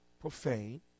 profane